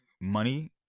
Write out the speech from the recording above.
money